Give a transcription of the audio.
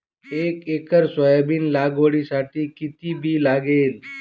एक acre soybean लागवडीसाठी किती बी लागेल?